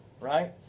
Right